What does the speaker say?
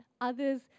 others